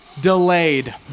delayed